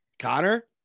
Connor